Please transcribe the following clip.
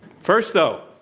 first, though,